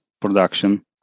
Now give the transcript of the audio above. production